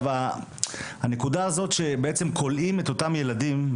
הנקודה הזאת שכולאים את אותם ילדים,